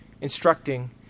instructing